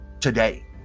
today